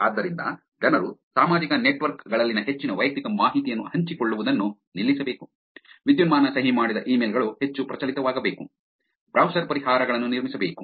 ಆದ್ದರಿಂದ ಜನರು ಸಾಮಾಜಿಕ ನೆಟ್ವರ್ಕ್ ಗಳಲ್ಲಿ ಹೆಚ್ಚಿನ ವೈಯಕ್ತಿಕ ಮಾಹಿತಿಯನ್ನು ಹಂಚಿಕೊಳ್ಳುವುದನ್ನು ನಿಲ್ಲಿಸಬೇಕು ವಿದ್ಯುನ್ಮಾನ ಸಹಿ ಮಾಡಿದ ಇಮೇಲ್ ಗಳು ಹೆಚ್ಚು ಪ್ರಚಲಿತವಾಗಬೇಕು ಬ್ರೌಸರ್ ಪರಿಹಾರಗಳನ್ನು ನಿರ್ಮಿಸಬೇಕು